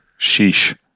Sheesh